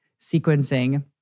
sequencing